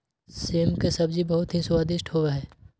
सेम के सब्जी बहुत ही स्वादिष्ट होबा हई